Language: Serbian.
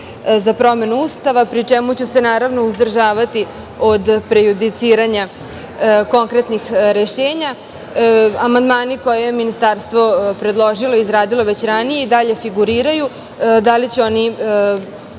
za promenu Ustavu, pri čemu ću se, naravno, uzdržavati od prejudiciranja konkretnih rešenja. Amandmani koje je ministarstvo predložilo, izradilo već ranije i dalje figuriraju. Da li će oni